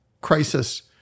crisis